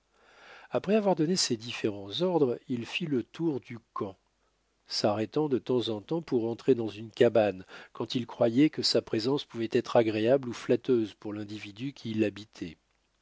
après avoir donné ces différents ordres il fit le tour du camp s'arrêtant de temps en temps pour entrer dans une cabane quand il croyait que sa présence pouvait être agréable ou flatteuse pour l'individu qui l'habitait